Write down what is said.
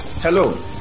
Hello